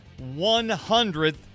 100th